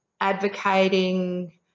advocating